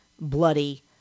bloody